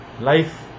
life